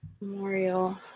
Memorial